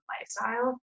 lifestyle